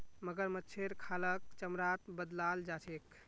मगरमच्छेर खालक चमड़ात बदलाल जा छेक